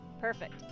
Perfect